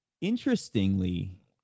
Interestingly